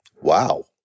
Wow